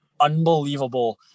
unbelievable